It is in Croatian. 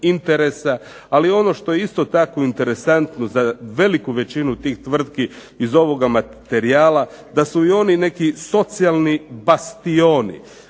ali ono što je isto tako interesantno za veliku većinu tih tvrtki iz ovoga materijala da su i oni neki socijalni bastioni.